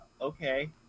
okay